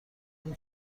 این